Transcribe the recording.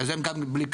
אז הם גם בלי כסף.